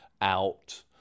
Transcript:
out